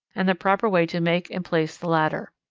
and the proper way to make and place the latter.